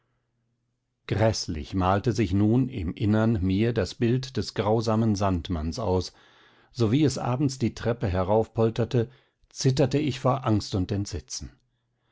gräßlich malte sich nun im innern mir das bild des grausamen sandmanns aus sowie es abends die treppe heraufpolterte zitterte ich vor angst und entsetzen